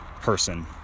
person